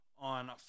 on